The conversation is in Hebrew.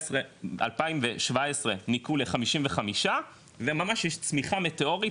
2017 ניכו ל-55 וממש יש צמיחה מטאורית,